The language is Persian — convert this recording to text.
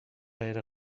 غیر